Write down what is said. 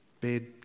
bed